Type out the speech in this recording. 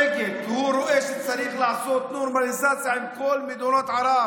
וירושלים המזרחית תהיה בירת מדינת פלסטין.